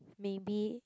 maybe